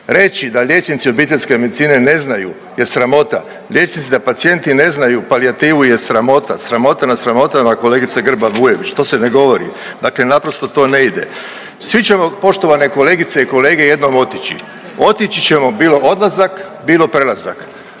Reći da liječnici obiteljske medicine je sramota. Reći da pacijenti ne znaju palijativu je sramota, sramota nad sramotama, kolegice Grba-Bujević, to se ne govori, dakle naprosto to ne ide. Svi ćemo, poštovane kolegice i kolege, jednom otići. Otići ćemo, bilo odlazak, bilo prelazak.